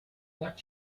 what